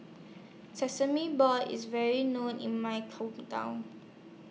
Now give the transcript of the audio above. Sesame Balls IS very known in My